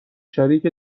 شریک